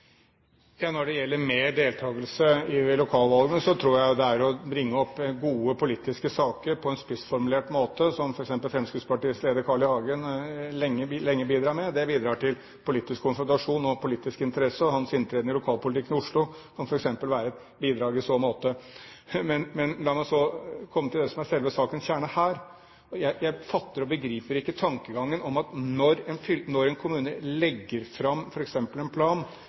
Når det gjelder tiltak for mer deltakelse i lokalvalgene, tror jeg det er å bringe opp gode politiske saker på en spissformulert måte, som f.eks. Fremskrittspartiets tidligere leder Carl I. Hagen lenge bidro med. Det bidrar til politisk konfrontasjon og politisk interesse. Hans inntreden i lokalpolitikken i Oslo kan f.eks. være et bidrag i så måte. Men la meg så komme til det som er selve sakens kjerne her. Jeg fatter og begriper ikke den tankegangen at når en kommune f.eks. legger fram en plan, og så diskuterer den med fylkesmannen og blir enig med ham, skulle det være en